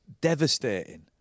devastating